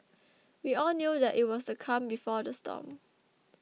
we all knew that it was the calm before the storm